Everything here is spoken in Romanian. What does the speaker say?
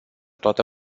toată